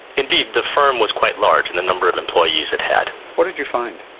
indeed, the firm was quite large in the number of employees it had. what did you find?